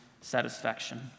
satisfaction